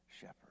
shepherd